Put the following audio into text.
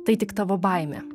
tai tik tavo baimė